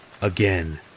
again